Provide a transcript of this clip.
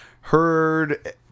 heard